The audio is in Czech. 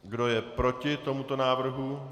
Kdo je proti tomuto návrhu?